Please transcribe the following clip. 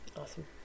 awesome